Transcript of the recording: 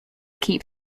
keep